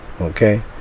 okay